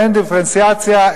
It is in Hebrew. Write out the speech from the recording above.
ואין דיפרנציאציה,